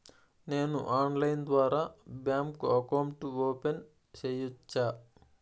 నేను ఆన్లైన్ ద్వారా bank account open సేయొచ్చా?